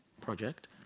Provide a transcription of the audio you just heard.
project